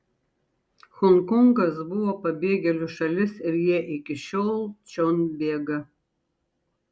honkongas buvo pabėgėlių šalis ir jie iki šiol čion bėga